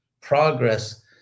progress